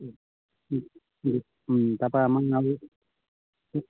তাৰপৰা আমাৰ